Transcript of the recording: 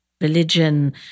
religion